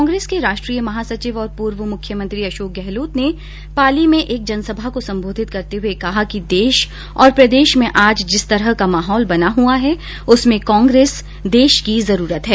कांग्रेस के राष्ट्रीय महासचिव और पूर्व मुख्यमंत्री अशोक गहलोत ने पाली में एक जनसभा को संबोधित करते हुये कहा कि देश और प्रदेश में आज जिस तरह का माहौल बना हुआ है उसमें कांग्रेस देश की जरूरत है